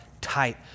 tight